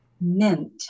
Mint